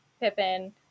Pippin